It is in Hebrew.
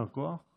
יישר כוח.